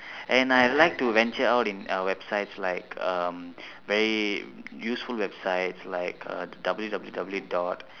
and I like to venture out in uh websites like um very useful websites like uh W W W dot